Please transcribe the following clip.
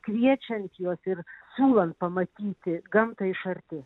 kviečiant juos ir siūlant pamatyti gamtą iš arti